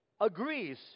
agrees